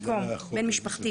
במקום "בן משפחתי,